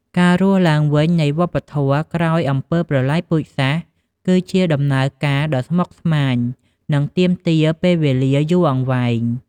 ការរស់ឡើងវិញនៃវប្បធម៌ក្រោយអំពើប្រល័យពូជសាសន៍ គឺជាដំណើរការដ៏ស្មុគស្មាញ និងទាមទារពេលវេលាយូរអង្វែង។